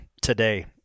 today